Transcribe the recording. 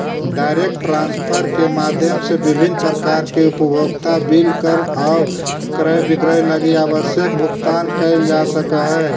direct transfer के माध्यम से विभिन्न प्रकार के उपभोक्ता बिल कर आउ क्रय विक्रय लगी आवश्यक भुगतान कैल जा सकऽ हइ